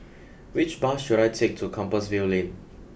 which bus should I take to Compassvale Lane